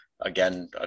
again